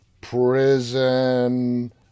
prison